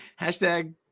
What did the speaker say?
hashtag